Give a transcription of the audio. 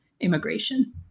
immigration